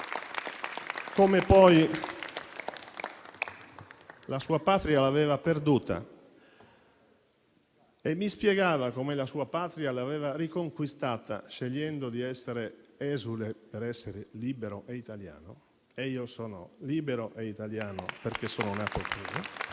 come poi la sua Patria l'aveva perduta e come la sua Patria l'aveva riconquistata, scegliendo di essere esule, per essere libero e italiano. Io sono libero e italiano perché sono nato qui.